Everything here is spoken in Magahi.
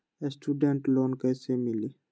स्टूडेंट लोन कैसे मिली?